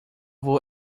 vou